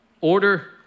Order